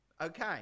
Okay